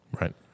Right